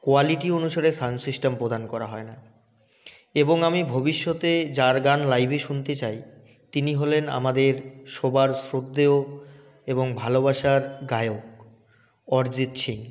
quality অনুসারে sound system প্রদান করা হয় না এবং আমি ভবিষ্যতে যার গান লাইভে শুনতে চাই তিনি হলেন আমাদের সোবার শ্রদ্ধেয় এবং ভালোবাসার গায়ক অরজিৎ সিং